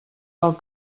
del